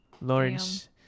Lawrence